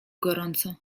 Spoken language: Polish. gorąco